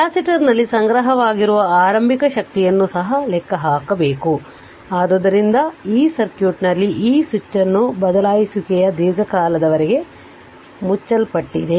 ಕೆಪಾಸಿಟರ್ನಲ್ಲಿ ಸಂಗ್ರಹವಾಗಿರುವ ಆರಂಭಿಕ ಸ್ಥಿತಿಯನ್ನು ಸಹ ಲೆಕ್ಕಹಾಕಿ ಆದ್ದರಿಂದ ಈ ಸರ್ಕ್ಯೂಟ್ನಲ್ಲಿ ಈ ಸ್ವಿಚ್ ಅನ್ನು ಬದಲಾಯಿಸುವಿಕೆಯು ದೀರ್ಘಕಾಲದವರೆಗೆ ಮುಚ್ಚಲ್ಪಟ್ಟಿದೆ